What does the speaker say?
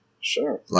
Sure